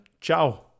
ciao